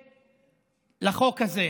להתנגד לחוק הזה,